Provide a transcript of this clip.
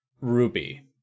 ruby